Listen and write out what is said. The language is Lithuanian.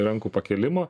rankų pakėlimo